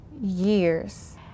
years